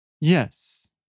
Yes